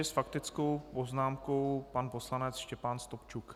S faktickou poznámkou pan poslanec Štěpán Stupčuk.